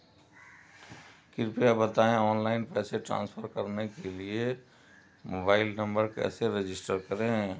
कृपया बताएं ऑनलाइन पैसे ट्रांसफर करने के लिए मोबाइल नंबर कैसे रजिस्टर करें?